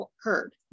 heard